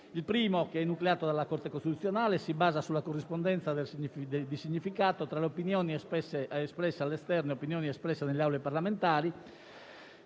Il primo, che è enucleato dalla Corte costituzionale, si basa sulla corrispondenza di significato tra le opinioni espresse all'esterno e quelle espresse nelle aule parlamentari,